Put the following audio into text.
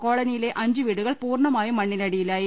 കോളനിയിലെ അഞ്ചു വീടുകൾ പൂർണമായും മണ്ണിനടിയിലായി